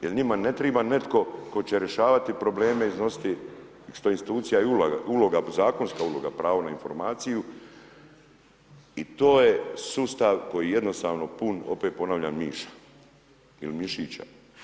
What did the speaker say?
Jer njima ne treba netko tko će rješavati probleme, iznositi što je institucija i uloga, zakonska uloga, pravo na informaciju i to je sustav koji je jednostavno pun, opet ponavljam, miša il mišića.